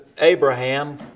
Abraham